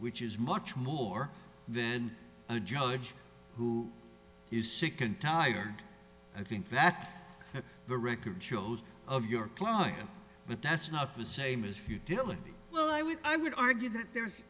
which is much more than a judge who is sick and tired i think the record shows of your client but that's not the same as futility well i would i would argue that there's